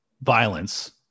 Violence